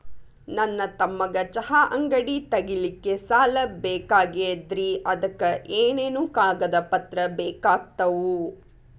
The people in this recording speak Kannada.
ನನ್ನ ತಮ್ಮಗ ಚಹಾ ಅಂಗಡಿ ತಗಿಲಿಕ್ಕೆ ಸಾಲ ಬೇಕಾಗೆದ್ರಿ ಅದಕ ಏನೇನು ಕಾಗದ ಪತ್ರ ಬೇಕಾಗ್ತವು?